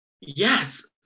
Yes